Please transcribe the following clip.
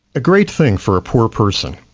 a great thing for a poor person.